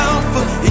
Alpha